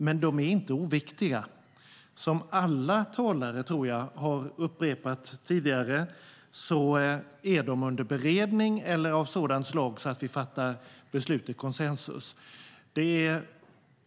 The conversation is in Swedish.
Men de är inte oviktiga. Som alla talare, tror jag, har upprepat tidigare är de under beredning eller av sådant slag att vi fattar beslut i koncensus.